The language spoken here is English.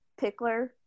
Pickler